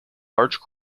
large